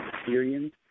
experience